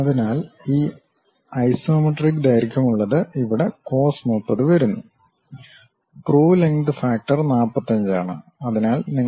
അതിനാൽ ആ ഐസോമെട്രിക് ദൈർഘ്യമുള്ളത് ഇവിടെ കോസ് 30 വരുന്നു ട്രു ലെങ്ക്ത് ഫക്ടർ 45 ആണ്